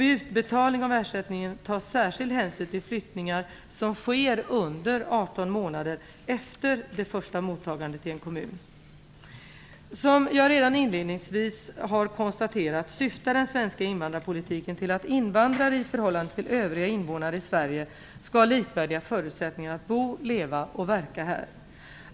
Vid utbetalning av ersättningen tas särskild hänsyn till flyttningar som sker under 18 månader efter det första mottagandet i en kommun. Som jag redan inledningsvis har konstaterat syftar den svenska invandrarpolitiken till att invandrare, i förhållande till övriga invånare i Sverige, skall ha likvärdiga förutsättningar att bo, leva och verka här.